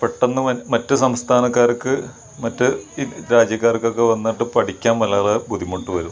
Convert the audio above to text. പെട്ടെന്ന് മറ്റ് സംസ്ഥാനക്കാർക്ക് മറ്റ് രാജ്യക്കാർക്കൊക്കെ വന്നിട്ട് പഠിക്കാൻ വളരെ ബുദ്ധിമുട്ട് വരും